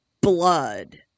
blood